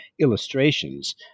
illustrations